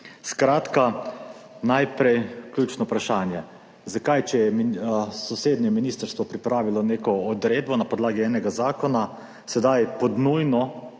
Skratka, najprej ključno vprašanje, zakaj, če je sosednje ministrstvo pripravilo neko odredbo na podlagi enega zakona, sedaj pod nujno